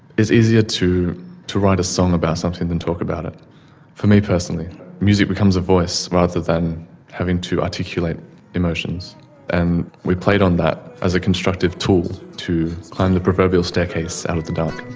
it's easier to to write a song about something than talk about it for me personally, the music becomes a voice rather than having to articulate emotions and we played on that as a constructive tool to climb the proverbial staircase out of the dark.